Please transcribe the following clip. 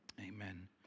Amen